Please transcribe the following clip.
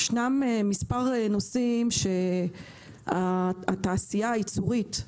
יש מספר נושאים שהתעשייה הייצורית,